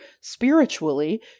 spiritually